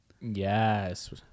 Yes